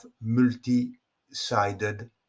multi-sided